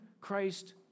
Christ